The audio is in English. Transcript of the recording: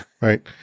Right